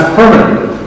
permanently